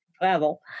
travel